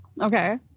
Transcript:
Okay